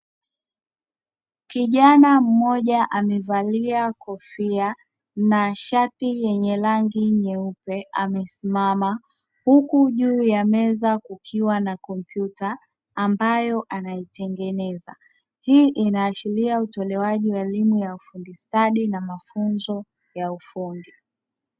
Kijana mmoja amevalia kofia na shati yenye rangi nyeupe, amesimama; huku juu ya meza kukiwa na kompyuta ambayo anaitengeneza. Hii inaashiria utolewaji wa elimu ya mafunzo stadi na mafunzo ya ufundi.